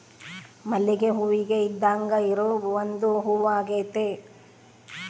ಮಲ್ಲಿಗೆ ಹೂವಿಗೆ ಇದ್ದಾಂಗ ಇರೊ ಒಂದು ಹೂವಾಗೆತೆ